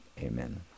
Amen